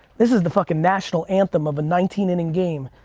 this is the fuckin' national anthem of a nineteen inning game,